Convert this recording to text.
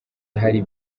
hari